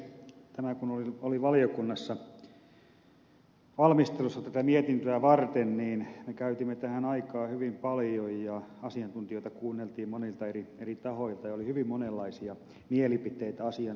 tämä kun oli valiokunnassa valmistelussa tätä mietintöä varten niin me käytimme tähän aikaa hyvin paljon ja asiantuntijoita kuunneltiin monilta eri tahoilta ja oli hyvin monenlaisia mielipiteitä asian tiimoilta